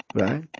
right